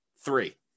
three